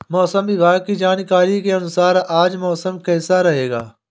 मौसम विभाग की जानकारी के अनुसार आज मौसम कैसा रहेगा?